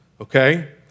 Okay